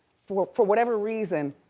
for for whatever reason,